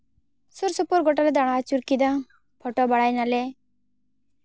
ᱥᱩᱨ ᱥᱩᱯᱩᱨ ᱜᱳᱴᱟᱞᱮ ᱫᱟᱬᱟ ᱟᱹᱪᱩᱨ ᱠᱮᱫᱟ ᱯᱷᱳᱴᱳ ᱵᱟᱲᱟᱭ ᱱᱟᱞᱮ